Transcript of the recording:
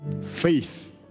faith